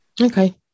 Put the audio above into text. Okay